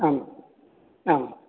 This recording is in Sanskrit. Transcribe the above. आम् आम्